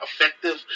effective